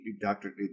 Doctor